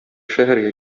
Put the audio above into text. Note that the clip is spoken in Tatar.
шәһәргә